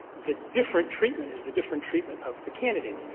the different treatment is the different treatment of the candidates.